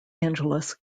angeles